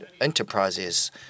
enterprises